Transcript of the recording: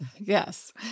Yes